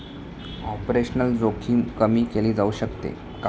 Operational जोखीम कमी केली जाऊ शकते का?